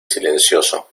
silencioso